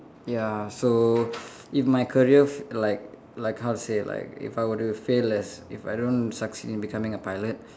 ya so if my career f~ like like how to say like if I were to fail as if I don't succeed in becoming a pilot